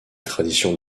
traditions